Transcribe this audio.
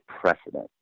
precedent